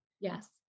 Yes